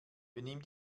benimm